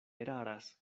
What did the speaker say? eraras